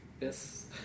Yes